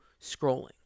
scrolling